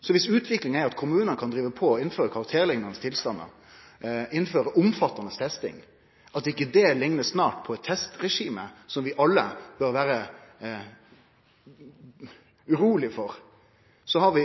Så dersom utviklinga er slik at kommunane kan drive på og innføre karakterliknande tilstandar, innføre omfattande testing, og dersom ikkje det liknar på eit testregime, som vi alle bør vere urolege for, har vi